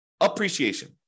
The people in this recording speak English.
appreciation